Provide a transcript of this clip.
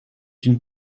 une